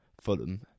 Fulham